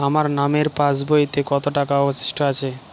আমার নামের পাসবইতে কত টাকা অবশিষ্ট আছে?